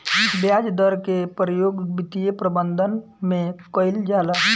ब्याज दर के प्रयोग वित्तीय प्रबंधन में कईल जाला